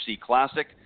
Classic